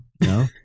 No